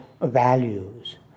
values